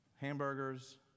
hamburgers